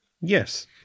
Yes